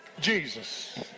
Jesus